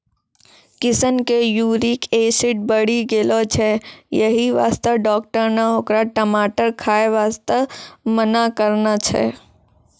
किशन के uric acid बढ़ी गेलो छै यही वास्तॅ डाक्टर नॅ होकरा टमाटर खाय वास्तॅ मना करनॅ छै